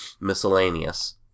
miscellaneous